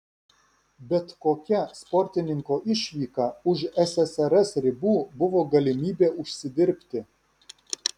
bet kokia sportininko išvyka už ssrs ribų buvo galimybė užsidirbti